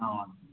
ஆ வாங்க